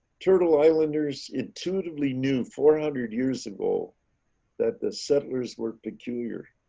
turtle islanders intuitively knew four hundred years ago that the settlers work peculiar